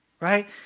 Right